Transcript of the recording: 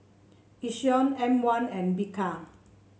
Yishion M one and Bika